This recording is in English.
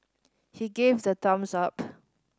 he gave the thumbs up